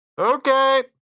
Okay